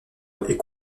est